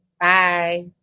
Bye